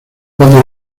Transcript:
cuando